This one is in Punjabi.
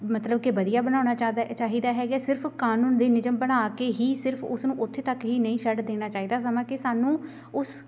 ਮਤਲਬ ਕਿ ਵਧੀਆ ਬਣਾਉਣਾ ਚਾਹੁੰਦਾ ਚਾਹੀਦਾ ਹੈਗੇ ਸਿਰਫ ਕਾਨੂੰਨ ਦੀ ਨਿਯਮ ਬਣਾ ਕੇ ਹੀ ਸਿਰਫ ਉਸਨੂੰ ਉੱਥੇ ਤੱਕ ਹੀ ਨਹੀਂ ਛੱਡ ਦੇਣਾ ਚਾਹੀਦਾ ਸਮਾ ਕਿ ਸਾਨੂੰ ਉਸ